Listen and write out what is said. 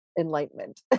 enlightenment